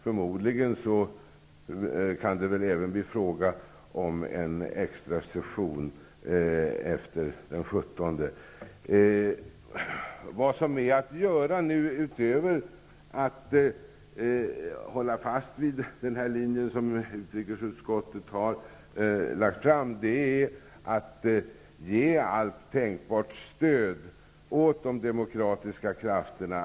Förmodligen kan det även bli fråga om en extra session efter den 17. Utöver att hålla fast vid den linje som utrikesutskottet har lagt fram bör vi ge allt tänkbart stöd till de demokratiska krafterna.